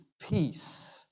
peace